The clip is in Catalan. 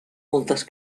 moltes